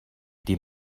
die